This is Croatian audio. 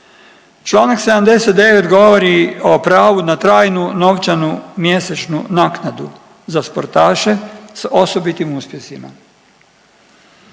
Članak 79. govori o pravu na trajnu novčanu mjesečnu naknadu za sportaše sa osobitim uspjesima,